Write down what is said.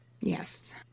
Yes